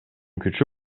күчү